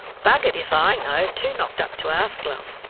buggered if i know, too knocked up to ask luv.